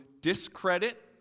discredit